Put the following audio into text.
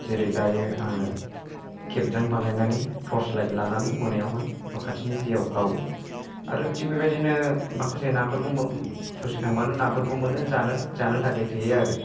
जेरै दा आङो खेबजां बानायनानै टर्च लाइट लानानै मोनायावहाय न' खाथिनि दैआव गावो आरो थिग बेबायदिनो माखासे नाफोरखौ ससे थांबानो नाफोरखौ मोनो जानो थाखाय थोयो आरो